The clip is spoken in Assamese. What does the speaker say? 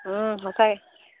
ও সঁচাকে